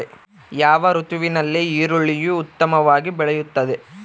ಯಾವ ಋತುವಿನಲ್ಲಿ ಈರುಳ್ಳಿಯು ಉತ್ತಮವಾಗಿ ಬೆಳೆಯುತ್ತದೆ?